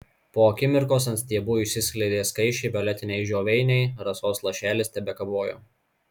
po akimirkos ant stiebų išsiskleidė skaisčiai violetiniai žioveiniai rasos lašelis tebekabojo